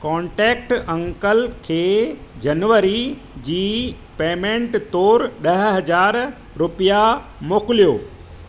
contact uncle खे जनवरी जी पेमेंट तौर ॾह हज़ार रुपया मोकिलियो